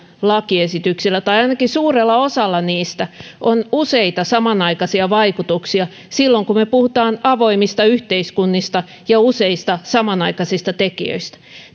lakiesityksillä tai ainakin suurella osalla niistä on useita samanaikaisia vaikutuksia silloin kun me puhumme avoimista yhteiskunnista ja useista samanaikaisista tekijöistä